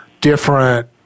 different